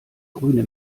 grüne